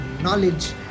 knowledge